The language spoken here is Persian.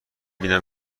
بینم